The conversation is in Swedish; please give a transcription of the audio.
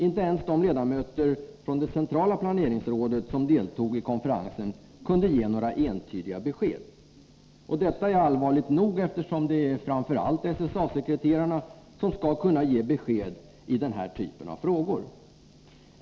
Inte ens ledamöter från det centrala planeringsrådet kunde ge några entydiga besked. Detta är allvarligt nog, eftersom det framför allt är SSA-sekreterarna som skall ge besked i den här typen av frågor.